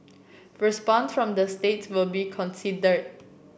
response from the states will be considered